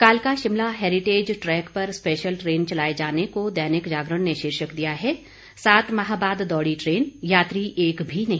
कालका Shimla heritage track पर special train चलाए जाने को दैनिक जागरण ने शीर्षक दिया है सात माह बाद दौड़ी ट्रेन यात्री एक भी नहीं